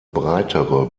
breitere